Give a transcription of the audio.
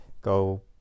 go